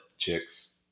Chicks